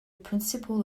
principle